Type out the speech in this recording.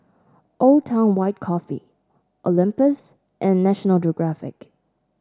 Old Town White Coffee Olympus and National Geographic